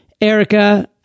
Erica